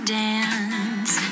dance